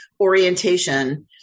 orientation